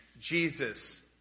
Jesus